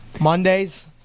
Mondays